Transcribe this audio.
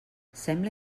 sembla